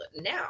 now